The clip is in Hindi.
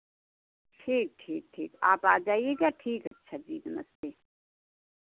ठीक ठीक ठीक आप आ जाइएगा ठीक अच्छा जी नमस्ते